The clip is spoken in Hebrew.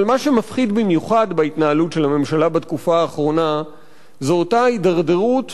מה שמפחיד במיוחד בהתנהלות של הממשלה בתקופה האחרונה זו אותה הידרדרות